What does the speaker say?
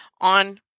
On